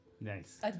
Nice